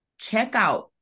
checkout